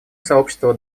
сообщество